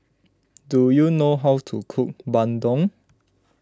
do you know how to cook Bandung